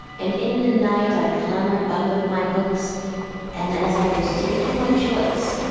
and in the night i clambered up with my hooks and, as i was taking my choice,